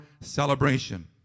celebration